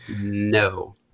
No